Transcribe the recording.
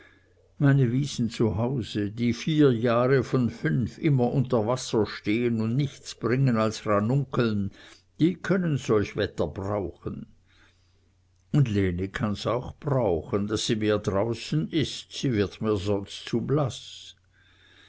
meine wiesen zu hause die vier jahre von fünf immer unter wasser stehen und nichts bringen als ranunkeln die können solch wetter brauchen und lene kann's auch brauchen daß sie mehr draußen ist sie wird mir sonst zu blaß